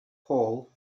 paul